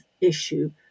issue